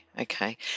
okay